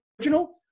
original